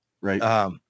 Right